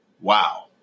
Wow